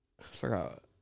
forgot